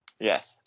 Yes